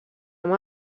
amb